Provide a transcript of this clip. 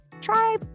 Try